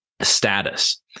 status